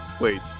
wait